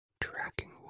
Tracking